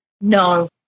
No